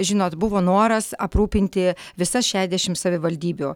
žinot buvo noras aprūpinti visas šešiasdešimt savivaldybių